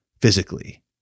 physically